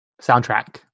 soundtrack